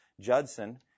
Judson